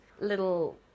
little